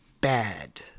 bad